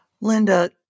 Linda